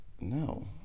No